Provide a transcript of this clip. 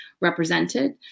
represented